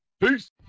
Peace